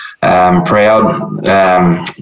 proud